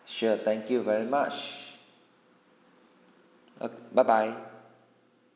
sure thank you very much err bye bye